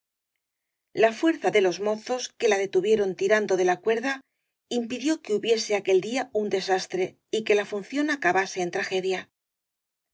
la fuerza de los mozos que la detuvieron tiran do de la cuerda impidió que hubiese aquel día un desastre y que la función acabase en tragedia